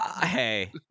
hey